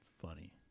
funny